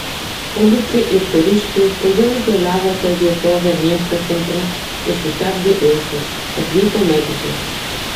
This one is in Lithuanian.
policija ir kariškiai tuojau izoliavo tą vietovę miesto centre ir sustabdė eismą atvyko medikai